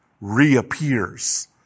reappears